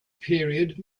period